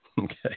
Okay